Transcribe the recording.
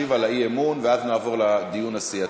אדוני ישיב על האי-אמון, ואז נעבור לדיון הסיעתי.